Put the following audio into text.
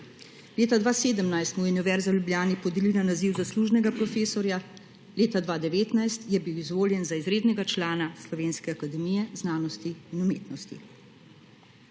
Leta 2017 mu je Univerza v Ljubljani podelila naziv zaslužnega profesorja, leta 2019 je bil izvoljen za izrednega člana Slovenske akademije znanosti in umetnosti.